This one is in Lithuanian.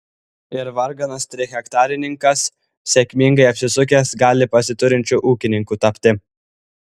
ir varganas trihektarininkas sėkmingai apsisukęs gali pasiturinčiu ūkininku tapti